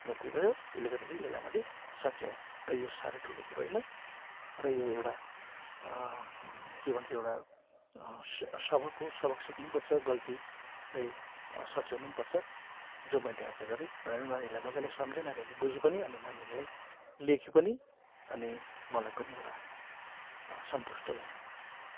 गल्ती भयो त्यसले गर्दाखेरि यसलाई मैले सच्याएँ र यो साह्रै ठुलो कुरा होइन र यो एउटा के भन्छ एउटा सबक हो सबक सिक्नु पनि पर्छ गल्तीलाई सच्याउनु पनि पर्छ जो मैले आज गरेँ भनेर नानीहरूलाई मजाले सम्झाएँ नानीहरूले बुझ्यो पनि अनि नानीहरूले लेख्यो पनि अनि मलाई पनि एउटा सन्तुष्ट भयो